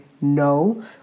no